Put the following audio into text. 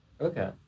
Okay